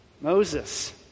Moses